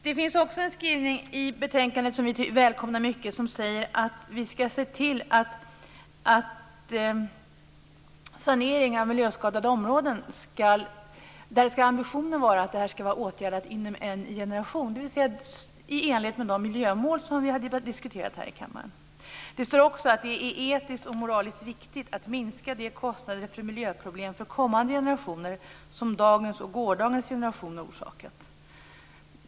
Det finns en annan skrivning i betänkandet som vi välkomnar mycket som säger att ambitionen i fråga om sanering av miljöskadade områden skall vara att det skall vara åtgärdat inom en generation. Det är i enlighet med de miljömål som vi har diskuterat här i kammaren. Det står också att det är etiskt och moraliskt viktigt att minska de kostnader för miljöproblem för kommande generationer som dagens och gårdagens generationer orsakat.